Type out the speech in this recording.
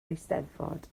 eisteddfod